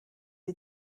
est